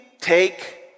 take